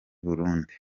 burundi